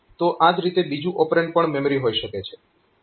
તો આ જ રીતે બીજું ઓપરેન્ડ પણ મેમરી હોઈ શકે છે